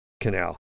canal